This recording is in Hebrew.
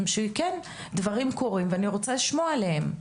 שכן דברים קורים ואני רוצה לשמוע עליהם.